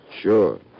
Sure